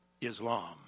Islam